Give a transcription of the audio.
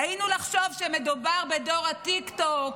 טעינו לחשוב שמדובר בדור הטיקטוק,